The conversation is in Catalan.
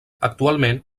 actualment